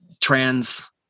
trans